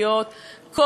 הרבה כוח,